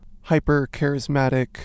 hyper-charismatic